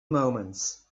moments